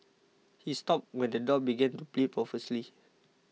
he stopped when the dog began to bleed profusely